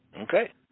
Okay